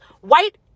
white